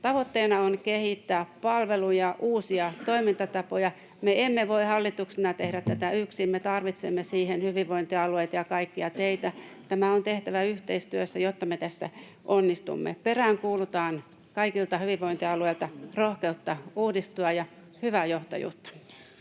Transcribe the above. Tavoitteena on kehittää palveluja, uusia toimintatapoja. Me emme voi hallituksena tehdä tätä yksin. Me tarvitsemme siihen hyvinvointialueita ja kaikkia teitä. Tämä on tehtävä yhteistyössä, jotta me tässä onnistumme. Peräänkuulutan kaikilta hyvinvointialueilta rohkeutta uudistua ja hyvää johtajuutta.